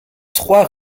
trois